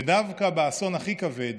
ודווקא באסון הכי כבד